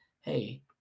hey